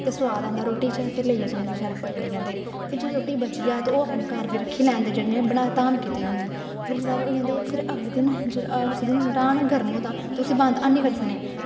ते सोआद आंदा रोटी च फिर लेइयै चली जंदे शैल पाइयै लेई जंदे फिर जेह्ड़ी रोटी बची जा ते ओह् अपने घर बी रक्खी लैंदे जि'नें बनाए धाम कीती दी होंदी फिर जेल्लै होई जंदे फिर अगले दिन जेल्लै उस दिन ड्हान गर्म होंदा ते उसी बंद हैनी करी सकने